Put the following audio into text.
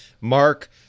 Mark